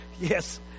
Yes